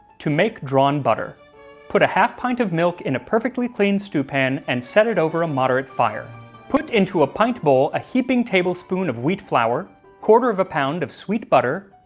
to make drawn butter put a half pint of milk in a perfectly clean stew pan, and set it over a moderate fire put into a pint bowl a heaping tablespoon of wheat flour quarter of a pound of sweet butter,